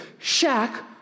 Shaq